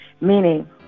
meaning